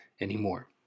anymore